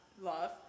Love